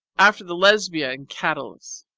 after the lesbia in catullus.